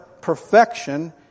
perfection